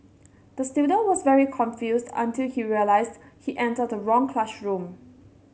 the student was very confused until he realised he entered the wrong classroom